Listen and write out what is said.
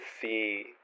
see